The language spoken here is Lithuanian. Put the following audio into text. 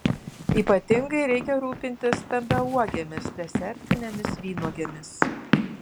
ypatingai reikia rūpintis stambiauogėmis desertinėmis vynuogėmis